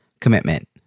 commitment